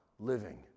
living